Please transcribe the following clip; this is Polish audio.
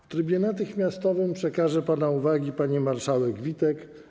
W trybie natychmiastowym przekażę pana uwagi pani marszałek Witek.